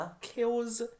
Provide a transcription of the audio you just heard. kills